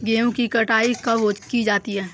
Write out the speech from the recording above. गेहूँ की कटाई कब की जाती है?